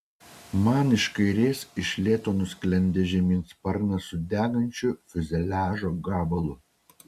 man iš kairės iš lėto nusklendė žemyn sparnas su degančiu fiuzeliažo gabalu